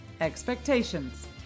expectations